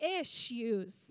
issues